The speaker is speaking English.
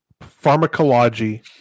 pharmacology